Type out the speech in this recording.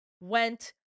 went